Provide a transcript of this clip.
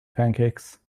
pancakes